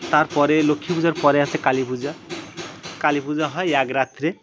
তারপরে লক্ষ্মী পূজার পরে আসে কালী পূজা কালী পূজা হয় এক রাত্রে